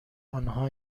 آنها